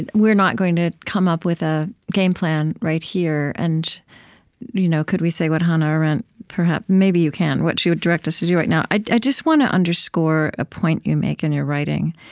and we're not going to come up with a game plan right here and you know could we say what hannah arendt maybe you can what she would direct us to do right now. i just want to underscore a point you make in your writing,